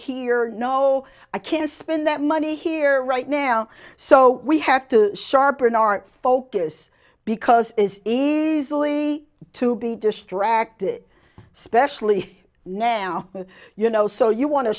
here no i can't spend that money here right now so we have to sharpen our focus because it is easily to be distracted specially now you know so you want to